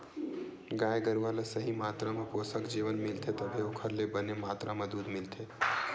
गाय गरूवा ल सही मातरा म पोसक जेवन मिलथे तभे ओखर ले बने मातरा म दूद मिलथे